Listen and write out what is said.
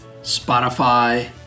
Spotify